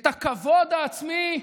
את הכבוד העצמי,